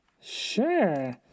Sure